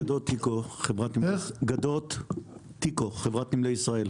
אני גדות טיקו, חברת נמלי ישראל.